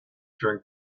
during